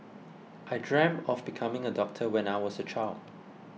I dreamt of becoming a doctor when I was a child